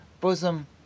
bosom